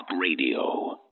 radio